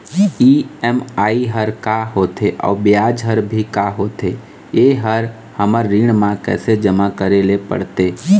EMI हर का होथे अऊ ब्याज हर भी का होथे ये हर हमर ऋण मा कैसे जमा करे ले पड़ते?